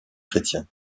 chrétiens